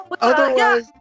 Otherwise